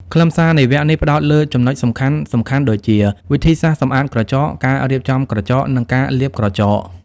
ខ្លឹមសារនៃវគ្គនេះផ្តោតលើចំណុចសំខាន់ៗដូចជា វិធីសាស្រ្តសម្អាតក្រចក ការរៀបចំក្រចក និងការលាបក្រចក។